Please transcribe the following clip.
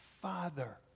Father